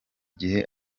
gihe